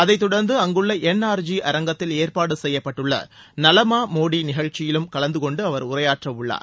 அதைத் தொடர்ந்து அங்குள்ள என்ஆர்ஜி அரங்கத்தில் ஏற்பாடு செய்யப்பட்டுள்ள நலமா மோடி நிகழ்ச்சியிலும் கலந்து கொண்டு அவர் உரையாற்றவுள்ளார்